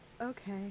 Okay